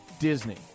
disney